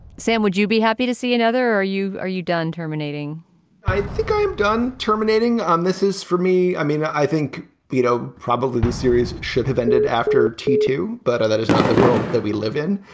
sam would you be happy to see another are you are you done terminating i think i'm done terminating. um this is for me. i mean i think you know probably the series should have ended after t two but that is not the world that we live in.